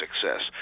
success